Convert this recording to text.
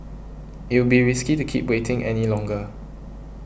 it will be risky to keep waiting any longer